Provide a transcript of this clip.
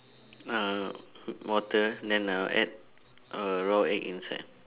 uh water then I'll add a raw egg inside